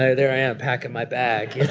there there i am packing my bag.